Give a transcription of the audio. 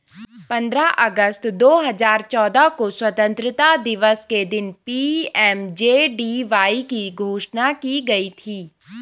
पंद्रह अगस्त दो हजार चौदह को स्वतंत्रता दिवस के दिन पी.एम.जे.डी.वाई की घोषणा की गई थी